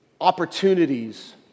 opportunities